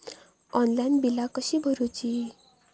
Online बिला कशी भरूची?